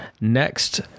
next